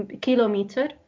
kilometer